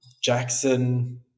Jackson